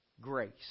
grace